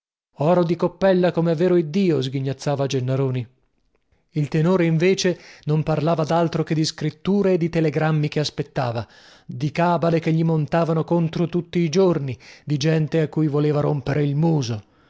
oro di coppella comè vero iddio sghignazzava gennaroni il tenore invece non parlava daltro che di scritture e di telegrammi che aspettava di cabale che gli montavano contro tutti i giorni di gente a cui voleva rompere il muso